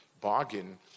bargain